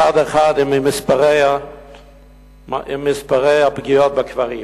אחד-אחד, עם מספרי הפגיעות בקברים.